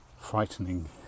frightening